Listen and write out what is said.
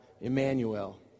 Emmanuel